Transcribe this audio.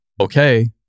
okay